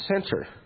center